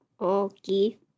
Okay